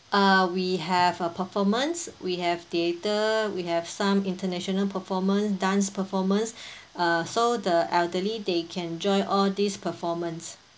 uh we have a performance we have theatre we have some international performance dance performance uh so the elderly they can join all these performance